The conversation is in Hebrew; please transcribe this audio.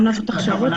גם לנושא הכשרות.